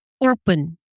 open